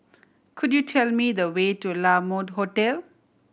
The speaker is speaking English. could you tell me the way to La Mode Hotel